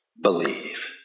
believe